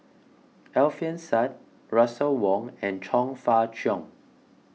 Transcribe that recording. Alfian Sa'At Russel Wong and Chong Fah Cheong